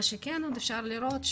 מה שכן עוד אפשר לראות,